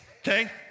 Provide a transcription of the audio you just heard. Okay